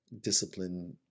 discipline